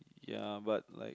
ya but like